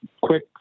quick